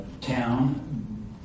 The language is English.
town